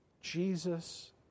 Jesus